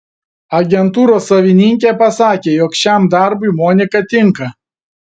agentūros savininkė pasakė jog šiam darbui monika tinka